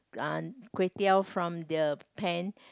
Kway-Teow from the pan